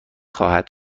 خواهد